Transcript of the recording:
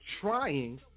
trying